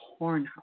Pornhub